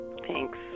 Thanks